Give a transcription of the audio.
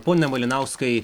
pone malinauskai